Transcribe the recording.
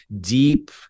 deep